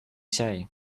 say